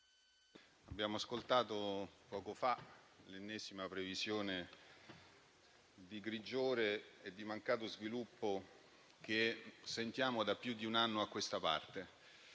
abbiamo ascoltato l'ennesima previsione di grigiore e di mancato sviluppo che sentiamo da più di un anno a questa parte.